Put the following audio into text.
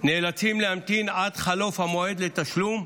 נאלצים להמתין עד חלוף המועד לתשלום,